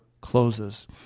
closes